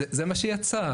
להספק מותקן,